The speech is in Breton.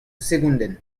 segondenn